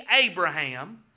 Abraham